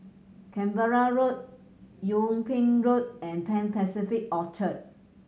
Canberra Road Yung Ping Road and Pan Pacific Orchard